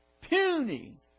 Puny